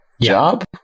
job